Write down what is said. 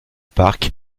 parc